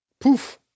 poof